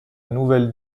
nouvelle